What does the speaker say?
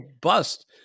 bust